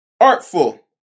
artful